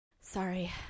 Sorry